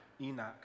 Enoch